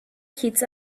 kids